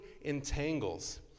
entangles